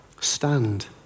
Stand